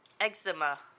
Eczema